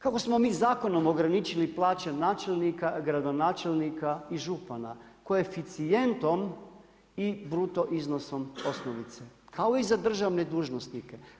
Kako smo mi zakonom ograničili plaće načelnika, gradonačelnika i župana koeficijentom i bruto iznosom osnovice kao i za državne dužnosnike.